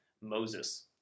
Moses